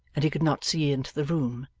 and he could not see into the room.